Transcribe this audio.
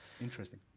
Interesting